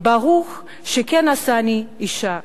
"ברוך שכן עשני אשה".